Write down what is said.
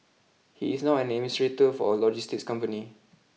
he is now an administrator for a logistics company